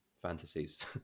fantasies